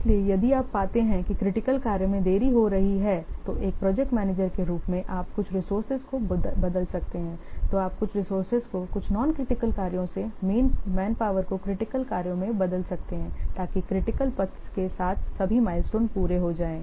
इसलिए यदि आप पाते हैं क्रिटिकल कार्य में देरी हो रही है तो एक प्रोजेक्ट मैनेजर के रूप में आप कुछ रिसोर्सेज को बदल सकते हैं तो आप कुछ रिसोर्सेज को कुछ नॉन क्रिटिकल कार्यों से मैन पावर को क्रिटिकल कार्य में बदल सकते हैं ताकि क्रिटिकल पथ के साथ सभी माइलस्टोन पूरे हो जाए